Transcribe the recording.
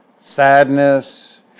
sadness